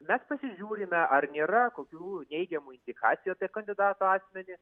mes pasižiūrime ar nėra kokių neigiamų indikacijų apie kandidato asmenį